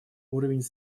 уровень